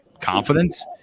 confidence